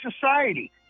society